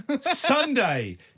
Sunday